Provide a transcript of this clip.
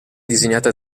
disegnata